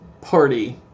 party